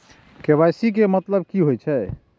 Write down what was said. KYC के मतलब कि होई छै?